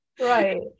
right